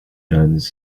nuns